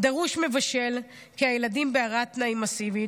דרוש מבשל, כי הילדים בהרעת תנאים מסיבית,